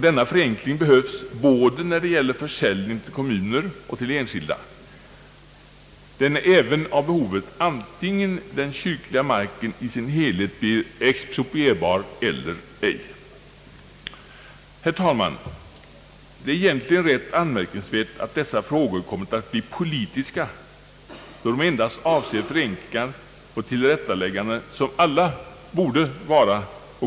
Denna förenkling behövs både när det gäller försäljning till kommuner och till enskilda. Den är även av behovet vare sig den kyrkliga marken i sin helhet blir exproprierbar eller ej. Herr talman! Det är egentligen rätt anmärkningsvärt att dessa frågor kommit att bli politiska, då de endast avser förenklingar och tillrättalägganden, som alla